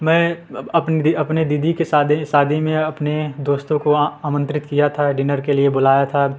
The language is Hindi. मैं अपने दी अपने दीदी के सादी शादी में अपने दोस्तों को आमंत्रित किया था डिनर के लिए बुलाया था